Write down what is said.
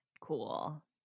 cool